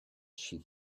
she